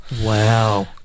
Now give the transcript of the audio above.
Wow